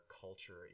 culture